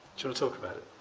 to to talk about it?